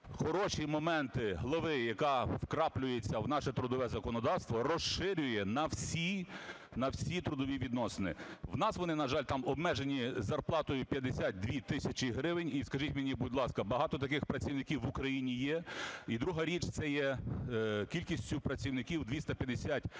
хороші моменти глави, яка вкраплюється в наше трудове законодавство, розширює на всі, на всі трудові відносини. В нас вони, на жаль, там обмежені зарплатою 52 тисячі гривень. І скажіть мені, будь ласка, багато таких працівників в Україні є? І друга річ – це є кількістю працівників 250 людей